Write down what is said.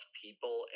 people